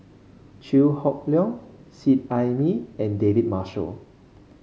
Chew Hock Leong Seet Ai Mee and David Marshall